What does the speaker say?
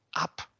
up